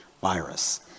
virus